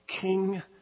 king